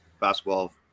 basketball